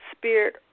Spirit